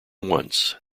once